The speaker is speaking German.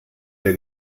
der